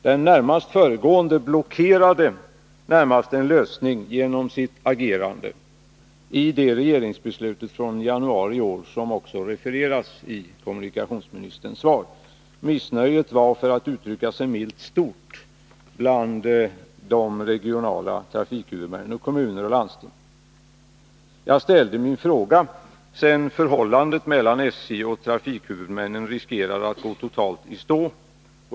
Den närmast föregående blockerade mer eller mindre en lösning genom sitt agerande i det regeringsbeslut från januari i år som också refereras i kommunikationsministerns svar. Missnöjet var — milt uttryckt — stort bland de regionala trafikhuvudmännen, kommunerna och landstingen. Jagställde min fråga sedan förhållandet mellan SJ och trafikhuvudmännen riskerade att gå totalt i stå.